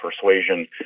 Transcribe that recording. persuasion